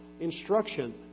instruction